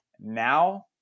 now